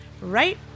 right